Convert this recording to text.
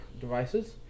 devices